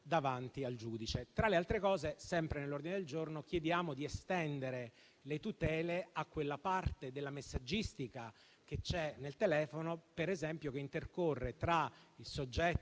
davanti al giudice. Tra le altre cose, sempre nell'ordine del giorno, chiediamo di estendere le tutele a quella parte della messaggistica che c'è nel telefono, per esempio quella che intercorre tra il soggetto